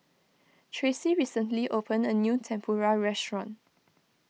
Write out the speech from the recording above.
Tracey recently opened a new Tempura restaurant